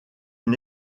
une